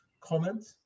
comment